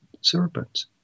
serpents